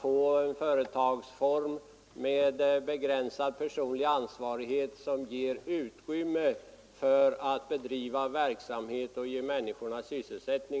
få en företagsform med begränsad personlig ansvarighet, som ger utrymme för att driva verksamhet och ge människorna sysselsättning.